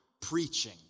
preaching